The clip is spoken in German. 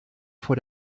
vor